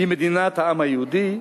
היא מדינת העם היהודי,